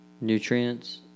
nutrients